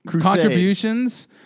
Contributions